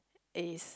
is